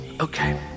okay